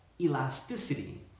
elasticity